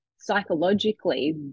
psychologically